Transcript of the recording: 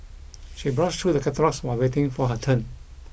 she browsed through the catalogues while waiting for her turn